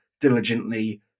diligently